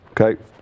okay